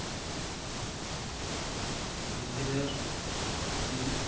ᱫᱩ ᱦᱟᱡᱟᱨ ᱛᱤᱱ